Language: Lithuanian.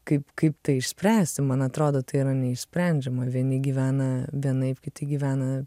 kaip kaip tai išspręsti man atrodo tai yra neišsprendžiama vieni gyvena vienaip kiti gyvena